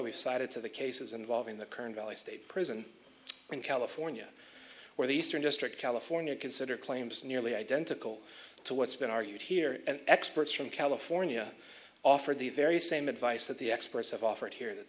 we've cited to the cases involving the current valley state prison in california where the eastern district california consider claims nearly identical to what's been argued here and experts from california offered the very same advice that the experts have offered here that